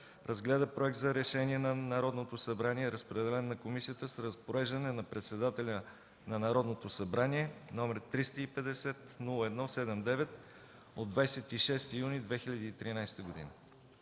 разгледа проект за решение на Народното събрание, разпределен на комисията с разпореждане на председателя на Народното събрание № 350-01-79 от 26 юни 2013 г.